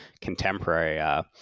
contemporary